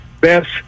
best